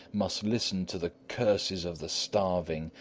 must listen to the curses of the starving,